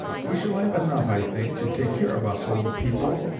we shall have enough, i think, to take care of us old people.